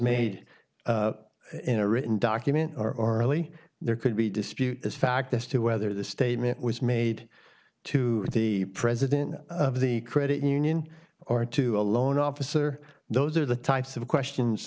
made in a written document or only there could be dispute as fact as to whether the statement was made to the president of the credit union or to a loan officer those are the types of questions